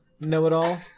know-it-all